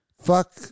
Fuck